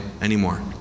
anymore